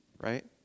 right